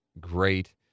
great